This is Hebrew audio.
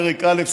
פרק א',